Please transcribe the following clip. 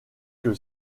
que